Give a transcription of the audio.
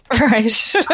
Right